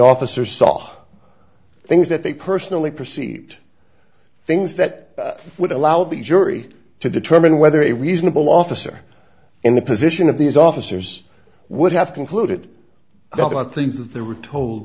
officer saw things that they personally perceived things that would allow the jury to determine whether a reasonable officer in the position of these officers would have concluded that about things that they were told